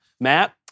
Matt